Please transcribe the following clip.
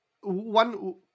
one